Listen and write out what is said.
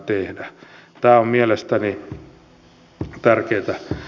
tämä on mielestäni tärkeää